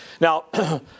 Now